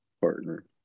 partner